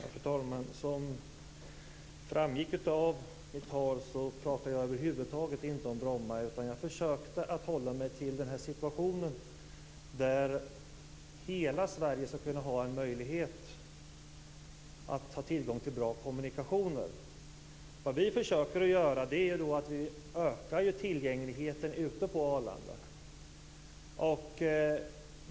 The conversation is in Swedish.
Fru talman! Som framgick av mitt tal pratade jag över huvud taget inte om Bromma. Jag försökte att hålla mig till en situation där hela Sverige skall kunna ha tillgång till bra kommunikationer. Vi försöker att öka tillgängligheten på Arlanda.